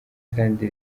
kandi